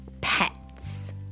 pets